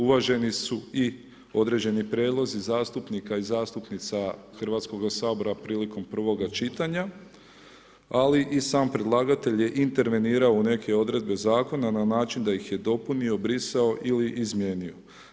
Uvaženi su i određeni prijedlozi zastupnika i zastupnica HS-a prilikom prvoga čitanja, ali i sam predlagatelj je intervenirao u neke odredbe Zakona na način da ih je dopunio, brisao ili izmijenio.